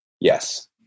Yes